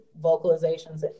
vocalizations